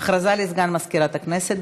הודעה לסגן מזכירת הכנסת.